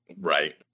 Right